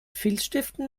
filzstiften